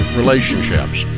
relationships